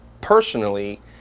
personally